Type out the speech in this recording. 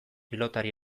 pilotari